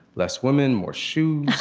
less women, more shoes